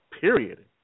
period